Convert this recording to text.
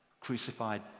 crucified